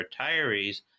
retirees